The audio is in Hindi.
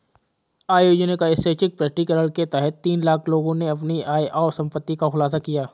आय योजना का स्वैच्छिक प्रकटीकरण के तहत तीन लाख लोगों ने अपनी आय और संपत्ति का खुलासा किया